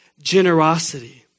Generosity